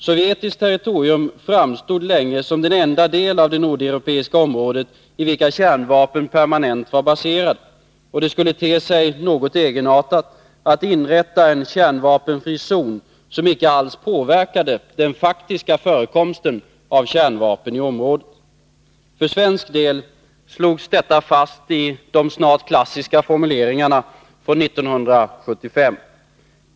Sovjetiskt territorium framstod länge som den enda del av det nordeuropeiska området i vilken kärnvapen permanent var baserade, och det skulle te sig något egenartat att inrätta en kärnvapenfri zon som icke alls påverkade den faktiska förekomsten av kärnvapen i området. För svensk del slogs detta fast i de snart klassiska formuleringarna från 1975.